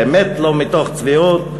באמת לא מתוך צביעות,